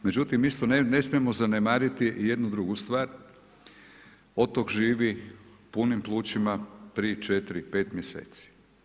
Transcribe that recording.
Međutim isto ne smijemo zanemariti jednu drugu stvar, otok živi punim plućima 3,4, 5 mjeseci.